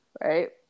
right